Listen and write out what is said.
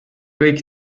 kõik